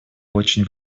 очень